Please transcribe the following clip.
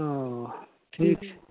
हँ ठीक छै